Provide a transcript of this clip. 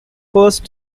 first